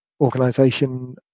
organization